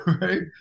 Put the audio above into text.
Right